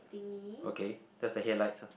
okay that's the head lights ah